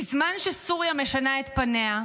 בזמן שסוריה משנה את פניה,